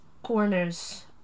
corners